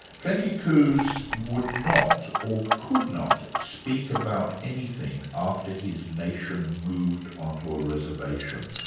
plenty coups would not, or could not speak about anything after his nation moved on to a reservation,